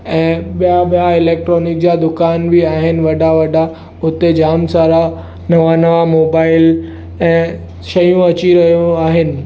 ऐं ॿिया ॿिया इलेक्ट्रॉनिक जा दुकान बि आहिनि वॾा वॾा हुते जाम सारा नवां नवां मोबाइल ऐं शयूं अची वियूं आहिनि